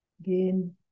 again